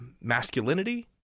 masculinity